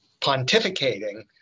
pontificating